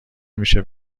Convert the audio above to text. میشه